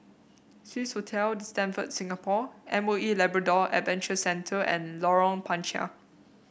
Swissotel The Stamford Singapore M O E Labrador Adventure Centre and Lorong Panchar